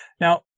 Now